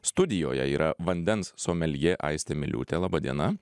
studijoje yra vandens someljė aistė miliūtė laba diena